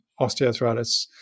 osteoarthritis